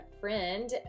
friend